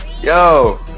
yo